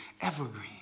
evergreen